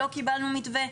לא קיבלנו מתווה,